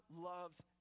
loves